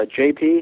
jp